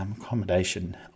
accommodation